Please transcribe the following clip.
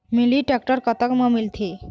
Mini tractor कतक म मिलथे?